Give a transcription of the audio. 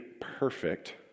perfect